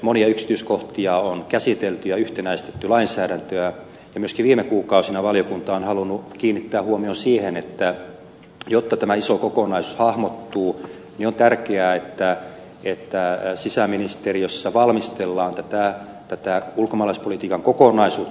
monia yksityiskohtia on käsitelty ja yhtenäistetty lainsäädäntöä ja myöskin viime kuukausina valiokunta on halunnut kiinnittää huomion siihen että jotta tämä iso kokonaisuus hahmottuu niin on tärkeää että sisäministeriössä valmistellaan tätä ulkomaalaispolitiikan kokonaisuutta